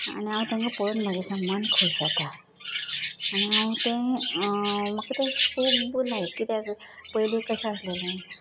आनी हांव तेंका पळोवन म्हागे मन खूश जाता आनी हांव तें म्हाका ते खूब लायक कित्याक पयली कशें आसलेले